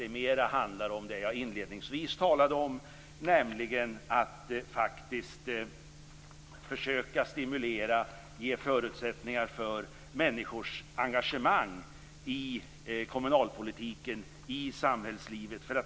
Det handlar kanske mer om det jag inledningsvis talade om, nämligen att försöka stimulera och ge förutsättningar för människors engagemang i kommunalpolitiken och i samhällslivet.